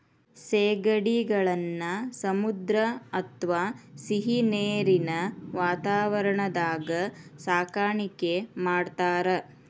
ಸೇಗಡಿಗಳನ್ನ ಸಮುದ್ರ ಅತ್ವಾ ಸಿಹಿನೇರಿನ ವಾತಾವರಣದಾಗ ಸಾಕಾಣಿಕೆ ಮಾಡ್ತಾರ